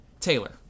Taylor